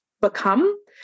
become